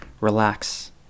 relax